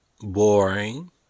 boring